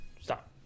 Stop